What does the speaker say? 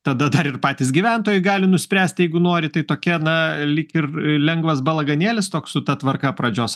tada dar ir patys gyventojai gali nuspręst jeigu nori tai tokia na lyg ir lengvas balaganėlis toks su ta tvarka pradžios